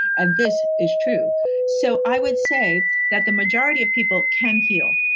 and this is true so i would say that the majority of people can heal.